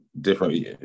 different